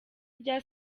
rya